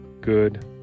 good